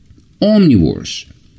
omnivores